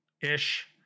Ish